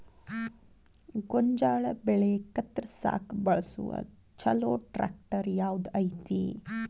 ಗೋಂಜಾಳ ಬೆಳೆ ಕತ್ರಸಾಕ್ ಬಳಸುವ ಛಲೋ ಟ್ರ್ಯಾಕ್ಟರ್ ಯಾವ್ದ್ ಐತಿ?